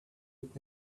would